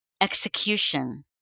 execution